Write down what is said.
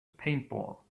paintball